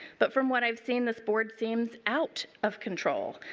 but from what i have seen this board seems out of control.